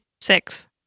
six